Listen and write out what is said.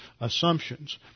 assumptions